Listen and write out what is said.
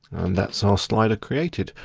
that's our slider created,